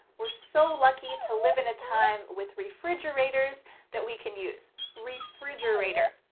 we're so lucky to live in a time with refrigerators that we can use, refrigerator.